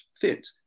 fit